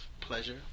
pleasure